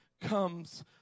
comes